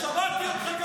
שמעתי אותך גם מקודם.